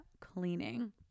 cleaning